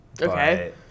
Okay